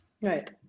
right